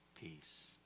peace